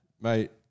Mate